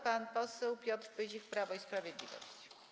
Pan poseł Piotr Pyzik, Prawo i Sprawiedliwość.